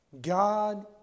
God